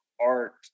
art